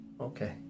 Okay